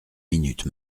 minutes